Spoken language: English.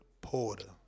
Porter